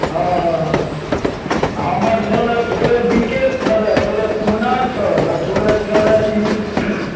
हँ आ हमर छलए थोड़े बिकेट छलए थोड़े कुमना छल आ थोड़े छलए ई